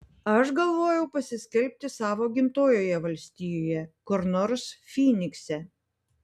aš galvojau pasiskelbti savo gimtojoje valstijoje kur nors fynikse